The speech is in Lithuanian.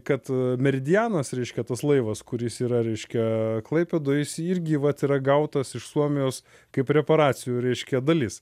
kad meridianas reiškia tas laivas kuris yra reiškia klaipėdoj jis irgi vat yra gautas iš suomijos kaip reparacijų reiškia dalis